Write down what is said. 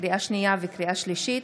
לקריאה שנייה ולקריאה שלישית: